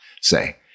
say